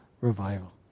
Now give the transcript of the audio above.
revival